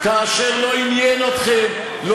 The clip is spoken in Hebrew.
חברת הכנסת גלאון, אתם, עניין אתכם רק דבר אחד,